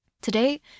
Today